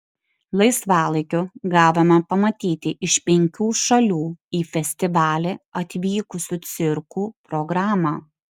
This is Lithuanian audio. laisvalaikiu gavome pamatyti iš penkių šalių į festivalį atvykusių cirkų programą